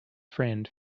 friend